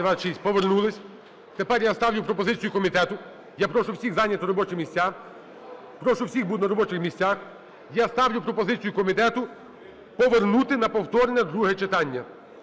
Повернулись. Тепер я ставлю пропозицію комітету. Я прошу всіх зайняти робочі місця. Прошу всіх бути на робочих місцях. Я ставлю пропозицію комітету повернути на повторне друге читання.